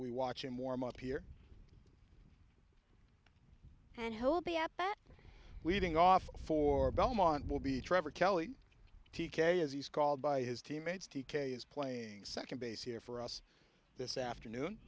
we watch him warm up here and he'll be at that leading off for belmont will be trevor kelly t k as he's called by his teammates t k is playing second base here for us this afternoon